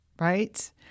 right